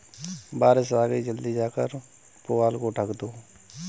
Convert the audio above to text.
बारिश आ गई जल्दी जाकर पुआल को ढक दो